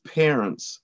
parents